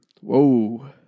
Whoa